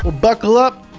buckle up,